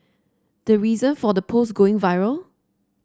the reason for the post going viral